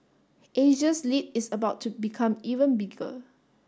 Asia's lead is about to become even bigger